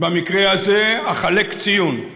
במקרה הזה אחלק ציון: